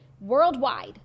worldwide